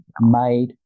made